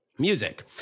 music